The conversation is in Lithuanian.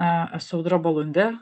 a esu audra balundė